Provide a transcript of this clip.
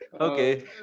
Okay